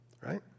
right